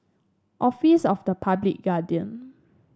Office of the Public Guardian